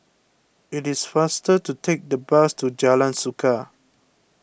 it is faster to take the bus to Jalan Suka